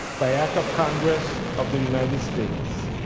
by act of congress of the united states,